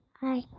Hi